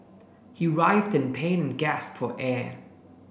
he writhed in pain and gasped for air